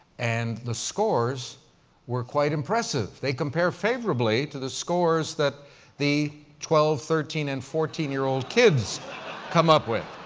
and the scores were quite impressive. they compare favorably to the scores that the twelve, thirteen and fourteen year old kids come up with.